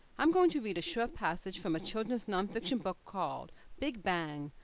i'm going to read a short passage from a children's nonfiction book called big bang!